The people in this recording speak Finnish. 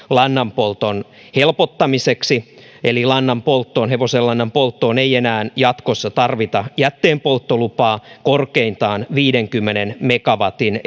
lannanpolton helpottamiseksi eli hevosenlannan polttoon ei enää jatkossa tarvita jätteenpolttolupaa korkeintaan viidenkymmenen megawatin